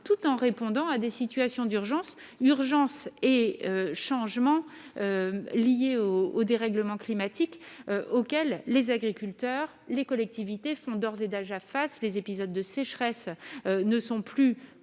tout en répondant à des situations d'urgence, urgence et changements liés au au dérèglement climatique auquel les agriculteurs, les collectivités font d'ores et déjà face les épisodes de sécheresse ne sont plus ponctuels